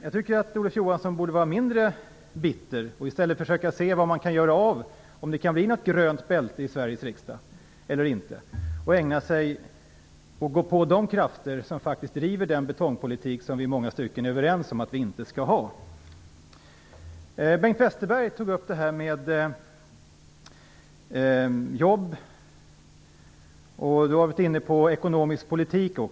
Jag tycker att Olof Johansson borde vara mindre bitter och i stället fundera över vad man kan göra - om det skall kunna bli ett grönt bälte i Sveriges riksdag eller inte - och rikta sig mot de krafter som bedriver den betongpolitik som vi i många stycken är överens om att vi inte skall ha. Bengt Westerberg tog upp frågan om jobben och kom in på den ekonomiska politiken.